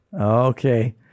Okay